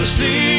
see